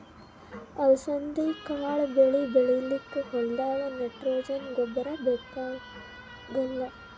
ಅಲಸಂದಿ ಕಾಳ್ ಬೆಳಿ ಬೆಳಿಲಿಕ್ಕ್ ಹೋಲ್ದಾಗ್ ನೈಟ್ರೋಜೆನ್ ಗೊಬ್ಬರ್ ಬೇಕಾಗಲ್